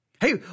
Hey